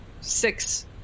six